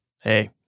Hey